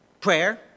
Prayer